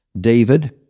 David